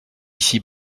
ici